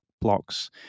blocks